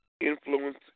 influence